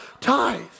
tithe